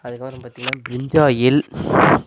அதுக்கப்புறம் பார்த்திங்கனா பிரிஞ்சாயில்